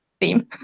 theme